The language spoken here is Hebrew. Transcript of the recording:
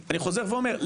אני חוזר ואומר,